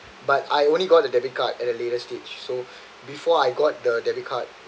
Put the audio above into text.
but I only got the debit card at a later stage so before I got the debit card